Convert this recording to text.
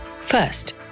First